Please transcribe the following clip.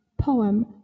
poem